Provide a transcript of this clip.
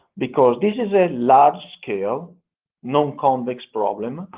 because this is a large scale nonconvex problem